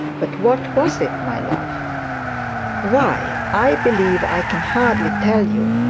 but what was it, my love why, i believe i can hardly tell you.